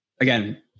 again